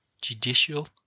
judicial